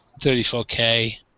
34K